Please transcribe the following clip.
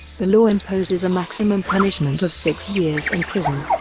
the law imposes a maximum punishment of six years in prison.